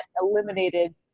eliminated